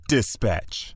Dispatch